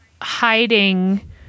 hiding